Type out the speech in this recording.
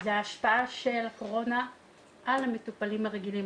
זאת ההשפעה של הקורונה על המטופלים הרגילים,